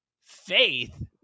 faith